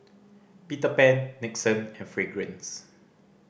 Peter Pan Nixon and Fragrance